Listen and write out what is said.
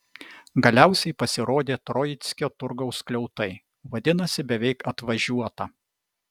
galiausiai pasirodė troickio turgaus skliautai vadinasi beveik atvažiuota